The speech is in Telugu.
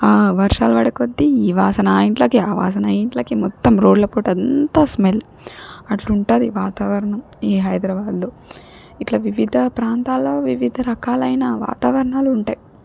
వర్షాలు పడేకొద్దీ ఈ వాసన ఆ ఇంట్లోకి ఆ వాసన ఈ ఇంట్లోకి మొత్తం రోడ్లపూటంతా స్మెల్ అట్లుంటాది వాతావరణం ఈ హైదరాబాద్లో ఇట్లా వివిధ ప్రాంతాల్లో వివిధ రకాలైన వాతావరణాలు ఉంటాయి